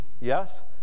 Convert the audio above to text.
yes